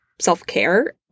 self-care